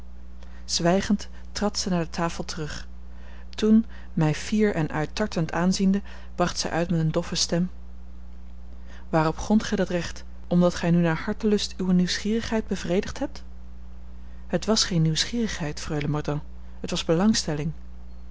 zwijgend trad zij naar de tafel terug toen mij fier en uittartend aanziende bracht zij uit met een doffe stem waarop grondt gij dat recht omdat gij nu naar hartelust uwe nieuwsgierigheid bevredigd hebt het was geen nieuwsgierigheid freule mordaunt het was belangstelling